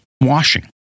Washing